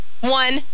one